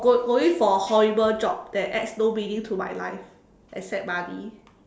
go~ going for horrible job that adds no meaning to my life except money